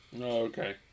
okay